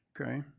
Okay